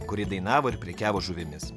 kur ji dainavo ir prekiavo žuvimis